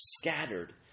scattered